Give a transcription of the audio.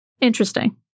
Interesting